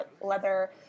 leather